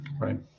Right